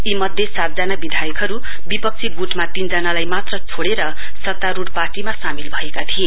यी मध्ये सातजना विधायकहरु विपक्षी गुटमा तीनजनालाई मात्र छोड़ेर सत्तारुढ़ पार्टीमा सामेल भएका थिए